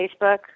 Facebook